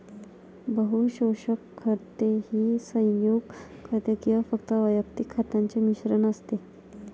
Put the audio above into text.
बहु पोषक खते ही संयुग खते किंवा फक्त वैयक्तिक खतांचे मिश्रण असते